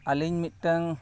ᱟᱹᱞᱤᱧ ᱢᱤᱫᱴᱟᱝ